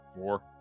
Four